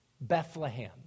Bethlehem